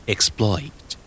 Exploit